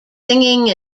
singing